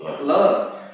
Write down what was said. Love